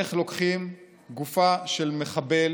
איך לוקחים גופה של מחבל